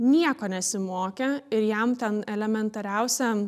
nieko nesimokė ir jam ten elementariausią